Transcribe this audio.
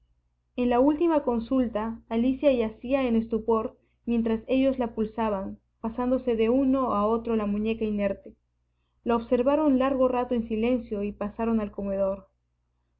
en la última consulta alicia yacía en estupor mientras ellos la pulsaban pasándose de uno a otro la muñeca inerte la observaron largo rato en silencio y pasaron al comedor